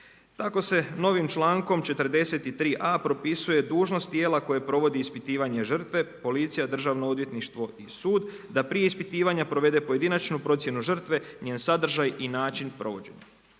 Tako se novim člankom 43.a propisuje dužnost tijela koje provodi ispitivanje žrtve, policija, državno odvjetništvo i sud da prije ispitivanja provede pojedinačnu procjenu žrtve, njen sadržaj i način provođenja.